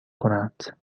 کنند